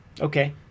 Okay